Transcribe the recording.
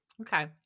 okay